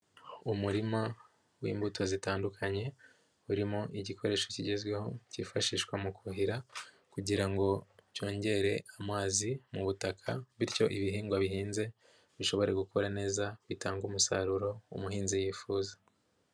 Umurima w'imbuto zitandukanye urimo igikoresho kigezweho kifashishwa mu kuhira kugira ngo cyongere amazi mu butaka, bityo ibihingwa bihinze bishobore gukura neza bitange umusaruro umuhinzi yifuza.